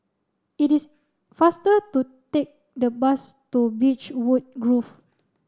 it is faster to take the bus to Beechwood Grove